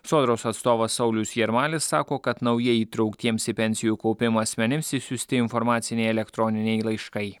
sodros atstovas saulius jarmalis sako kad naujai įtrauktiems į pensijų kaupimą asmenims išsiųsti informaciniai elektroniniai laiškai